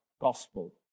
gospel